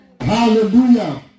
Hallelujah